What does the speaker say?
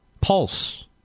Pulse